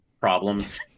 problems